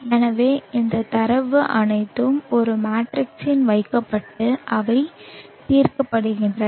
எனவே இந்த தரவு அனைத்தும் ஒரு மேட்ரிக்ஸில் வைக்கப்பட்டு அவை தீர்க்கப்படுகின்றன